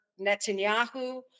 Netanyahu